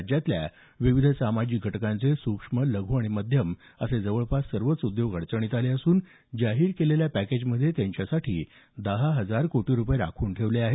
राज्यातल्या विविध सामाजिक घटकांचे सुक्ष्म लघ् आणि मध्यम असे जवळपास सर्वच उद्योग अडचणीत आले असून जाहीर केलेल्या पॅकेज मध्ये त्यांसाठी दहा हजार कोटी रुपये राखून ठेवले आहेत